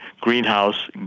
greenhouse